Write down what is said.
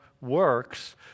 works